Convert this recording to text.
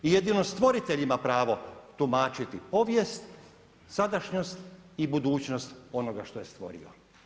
I jedno stvoritelj ima pravo tumačiti povijest, sadašnjost i budućnost onoga što je stvorio.